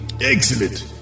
Excellent